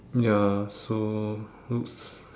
ya so looks